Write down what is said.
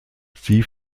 sie